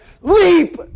leap